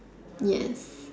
yes